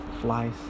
flies